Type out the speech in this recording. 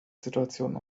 situation